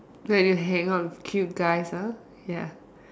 when you hang out with cute guys ah ya